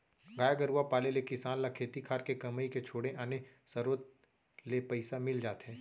गाय गरूवा पाले ले किसान ल खेती खार के कमई के छोड़े आने सरोत ले पइसा मिल जाथे